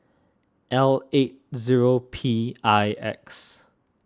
L eight zero P I X